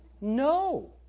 No